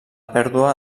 pèrdua